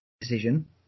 decision